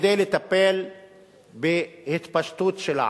כדי לטפל בהתפשטות של העוני,